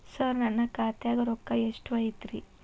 ಸರ ನನ್ನ ಖಾತ್ಯಾಗ ರೊಕ್ಕ ಎಷ್ಟು ಐತಿರಿ?